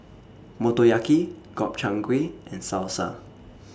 Motoyaki Gobchang Gui and Salsa